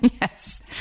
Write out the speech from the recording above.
Yes